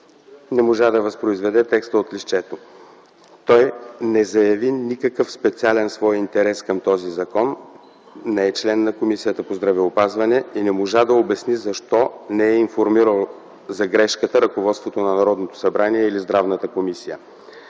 не можа да възпроизведе текста от листчето. Той не заяви никакъв специален свой интерес към този закон, не е член на Комисията по здравеопазване и не можа да обясни защо не е информирал за „грешката” ръководството на Народното събрание или Здравната комисия.